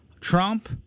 Trump